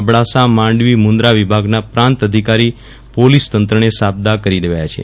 અબડાસા માંડવી મુન્દ્રા વિભાગના પ્રાંત અધિકારી પોલીસ તંત્રને સાબદા કરી દેવાયા છે